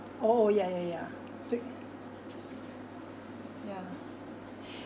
oh yeah yeah yeah yeah